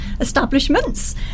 establishments